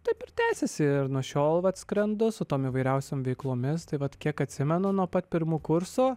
taip ir tęsiasi ir nuo šiol vat skrendu su tom įvairiausiom veiklomis tai vat kiek atsimenu nuo pat pirmo kurso